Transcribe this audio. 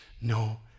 no